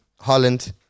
Holland